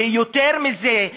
היא יותר מזה.